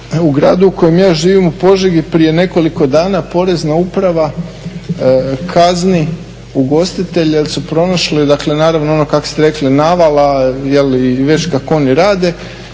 U gradu u kojem ja živim, u Požegi prije nekoliko dana porezna uprava kazni ugostitelja jer su pronašli, dakle naravno ono kako ste rekli, navala ili već kako oni rade,